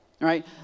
right